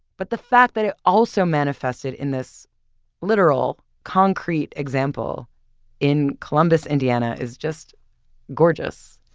but the fact that it also manifested in this literal concrete example in columbus, indiana is just gorgeous.